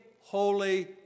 holy